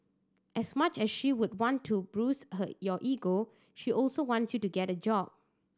as much as she would want to bruise her your ego she also wants you to get a job